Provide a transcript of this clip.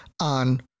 on